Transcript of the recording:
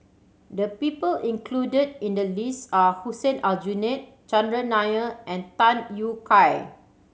the people included in the list are Hussein Aljunied Chandran Nair and Tham Yui Kai